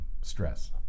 stress